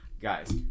Guys